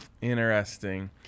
Interesting